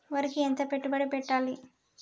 వరికి ఎంత పెట్టుబడి పెట్టాలి?